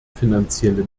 finanzielle